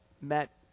met